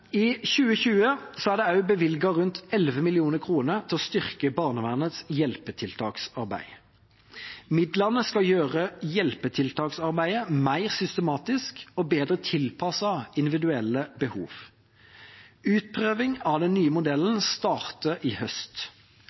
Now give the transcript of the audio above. I 2020 er det også bevilget rundt 11 mill. kr for å styrke barnevernets hjelpetiltaksarbeid. Midlene skal gjøre hjelpetiltaksarbeidet mer systematisk og bedre tilpasset individuelle behov. Utprøving av den nye modellen starter i høst.